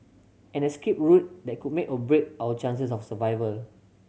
an escape route that could make or break our chances of survivor